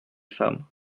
femmes